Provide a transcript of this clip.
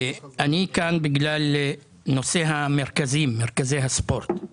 אני כאן בגלל נושא מרכזי הספורט.